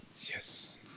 Yes